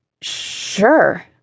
Sure